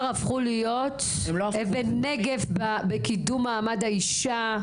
הפכו להיות אבן נגף בקידום מעמד האישה.